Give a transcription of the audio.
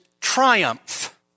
triumph